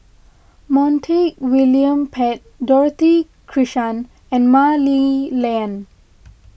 Montague William Pett Dorothy Krishnan and Mah Li Lian